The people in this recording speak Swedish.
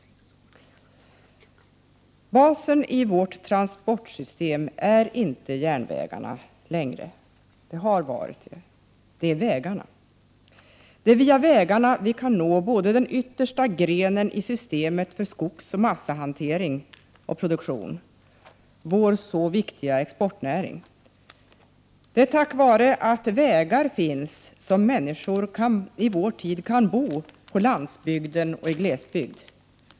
Basen i vårt transportsystem är inte längre järnvägarna. Det är vägarna. Det är via vägarna vi kan nå den yttersta grenen i systemet för skogsoch massahantering och klara av produktionen i vår så viktiga exportnäring. Tack vare att vägar finns kan människor i vår tid bo på landsbygden och i glesbygd.